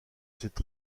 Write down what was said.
cette